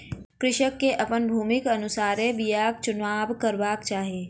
कृषक के अपन भूमिक अनुसारे बीयाक चुनाव करबाक चाही